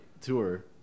tour